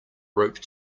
rope